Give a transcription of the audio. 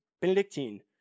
Benedictine